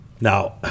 Now –